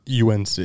unc